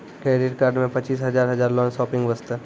Credit card मे पचीस हजार हजार लोन शॉपिंग वस्ते?